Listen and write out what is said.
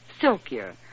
silkier